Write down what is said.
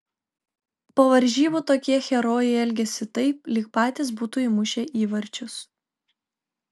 po varžybų tokie herojai elgiasi taip lyg patys būtų įmušę įvarčius